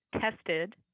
tested